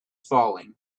falling